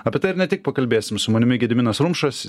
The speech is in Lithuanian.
apie tai ir ne tik pakalbėsim su manimi gediminas rumšas